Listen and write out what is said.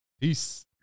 Peace